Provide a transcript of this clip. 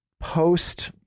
post